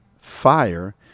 fire